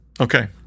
Okay